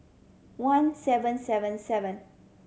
one seven seven seven